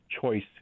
choice